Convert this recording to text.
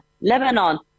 Lebanon